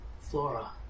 Flora